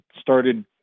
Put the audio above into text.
started